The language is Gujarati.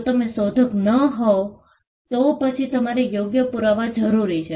જો તમે શોધક ન હોવ તો પછી તમારે યોગ્ય પુરાવા જરૂરી છે